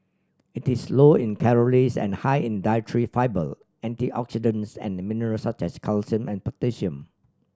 it is low in calories and high in dietary fibre antioxidants and minerals such as calcium and potassium